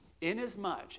Inasmuch